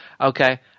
Okay